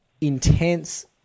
intense